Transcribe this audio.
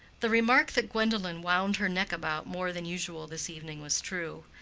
the remark that gwendolen wound her neck about more than usual this evening was true.